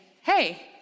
Hey